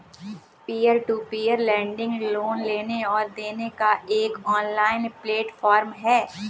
peer to peer lending loan लेने और देने का एक ऑनलाइन प्लेटफ़ॉर्म है